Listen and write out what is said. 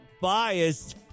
biased